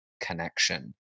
connection